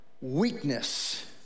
weakness